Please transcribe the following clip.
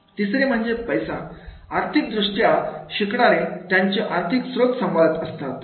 तिसरी म्हणजे पैसा आर्थिक दृष्ट्या शिकणारे त्यांचे आर्थिक स्त्रोत सांभाळत असतात